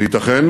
וייתכן